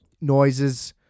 noises